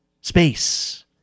Space